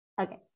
Okay